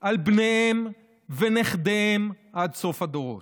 על בניהם ונכדיהם עד סוף הדורות.